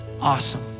Awesome